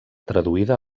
traduïda